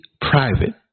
private